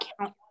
count